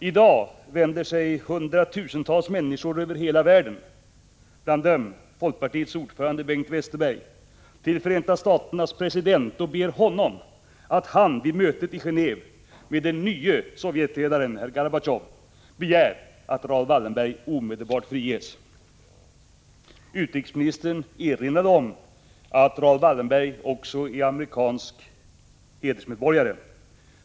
I dag vänder sig hundratusentals människor över hela världen, bland dem folkpartiets ordförande Bengt Westerberg, till Förenta staternas president och ber honom att han vid mötet i Gen&ve med den nye sovjetledaren herr Gorbatjov begär att Raoul Wallenberg omedelbart friges. Utrikesministern erinrade om att Raoul Wallenberg också är amerikansk hedersmedborgare.